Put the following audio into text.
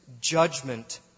judgment